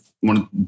one